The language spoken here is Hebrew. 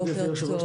גבירתי היושבת-ראש,